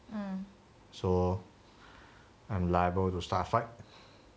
so I'm liable to start a fight